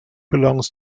belongs